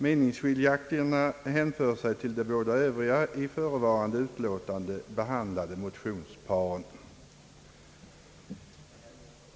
Meningsskiljaktigheterna hänför sig till de båda övriga i utskottsutlåtandet behandlade motionsparen.